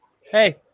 Hey